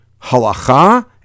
halacha